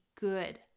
good